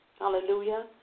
Hallelujah